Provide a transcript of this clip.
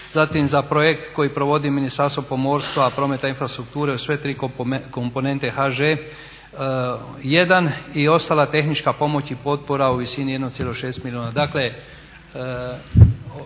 Zatim za projekt koji provodi Ministarstvo prometa i infrastrukture u sve tri komponente HŽ jedan i ostala tehnička pomoć i potpora u visini 1,6 milijuna.